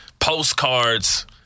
postcards